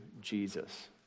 Jesus